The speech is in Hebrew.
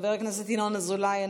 חבר הכנסת ינון אזולאי,